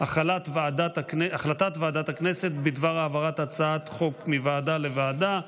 הודעת ועדת הכנסת בדבר העברת הצעת חוק מוועדה לוועדה.